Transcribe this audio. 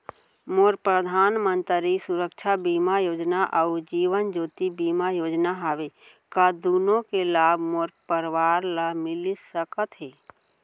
मोर परधानमंतरी सुरक्षा बीमा योजना अऊ जीवन ज्योति बीमा योजना हवे, का दूनो के लाभ मोर परवार ल मिलिस सकत हे?